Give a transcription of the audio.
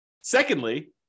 secondly